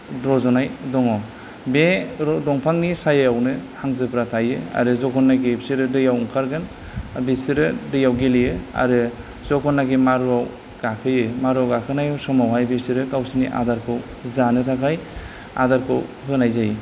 रज'नाय दङ बे दंफांनि सायायावनो हांसोफोरा थायो आरो जखनाखि बिसोरो दैयाव ओंखारगोन बिसोरो दैयाव गेलेयो आरो जखनाखि मारुआव गाखोयो मारुआव गाखोनाय समावहाय बेसोरो गावसोरनि आदारखौ जानो थाखाय आदारखौ होनाय जायो